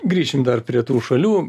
grįšim dar prie tų šalių